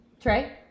Trey